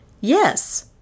Yes